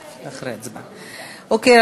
אוקיי,